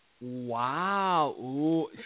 Wow